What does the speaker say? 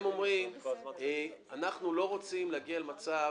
אנחנו לא רוצים להגיע למצב